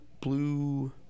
Blue